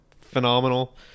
phenomenal